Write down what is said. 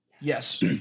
Yes